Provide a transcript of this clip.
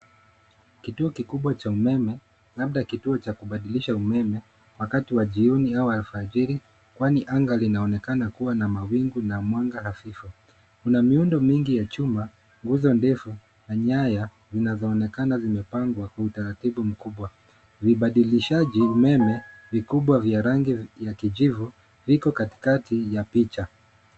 Kituo kikubwa cha umeme, labda kituo cha kubadilisha umeme, wakati wa jioni au alfajiri kwani anga linaonekana kuwa na mawingu na mwanga hafifu. Kuna miundo mingi ya chuma, nguzo ndefu na nyaya zinazoonekana zimepangwa kwa utaratibu mkubwa. Vibadilishaji umeme vikubwa vya rangi ya kijivu viko katikati ya picha.